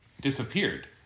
disappeared